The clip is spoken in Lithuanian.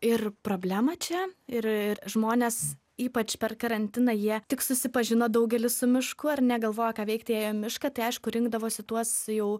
ir problemą čia ir žmonės ypač per karantiną jie tik susipažino daugelis su mišku ar ne galvojo ką veikti ėjo į mišką tai aišku rinkdavosi tuos jau